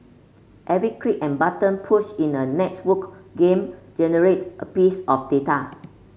every click and button push in a networked game generates a piece of data